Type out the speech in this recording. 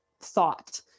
thought